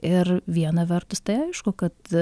ir viena vertus tai aišku kad